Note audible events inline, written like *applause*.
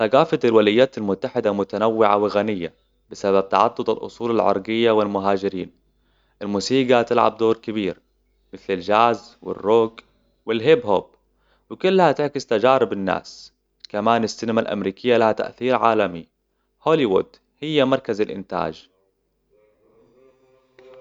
ثقافة الولايات المتحدة متنوعة وغنية بسبب تعدد الأصول العرقية والمهاجرين الموسيقى تلعب دور كبير مثل الجاز والروك والهيب هوب وكلها تعكس تجارب الناس كمان السينما الأمريكية لها تأثير عالمي هوليوود هي مركز الإنتاج *noise*